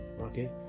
okay